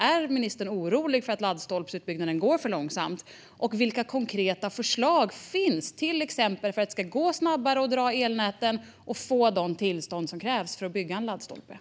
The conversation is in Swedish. Är ministern orolig för att laddstolpsutbyggnaden går för långsamt, och vilka konkreta förslag finns för att det till exempel ska gå snabbare att dra elnäten och få de tillstånd som krävs för att bygga laddstolpar?